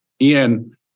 Ian